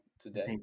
today